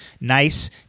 nice